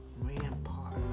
rampart